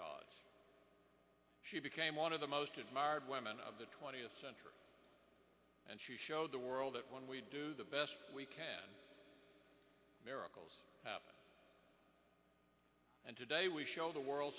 great she became one of the most admired women of the twentieth century and she showed the world that when we do the best we can miracles and today we show the world